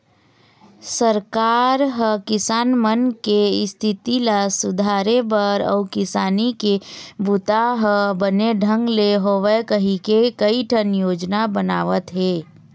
सरकार ह किसान मन के इस्थिति ल सुधारे बर अउ किसानी के बूता ह बने ढंग ले होवय कहिके कइठन योजना बनावत हे